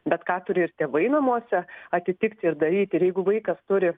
bet ką turi ir tėvai namuose atitikti ir daryti irjeigu vaikas turi